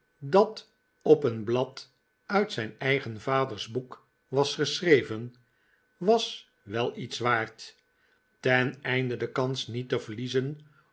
dat op een blad uit zijn eigen vaders boek was geschreven was wel iets waard teneinde de kans niet te verliezen